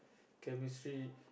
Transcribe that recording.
chemistry